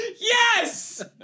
Yes